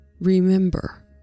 Remember